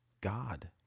God